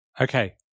Okay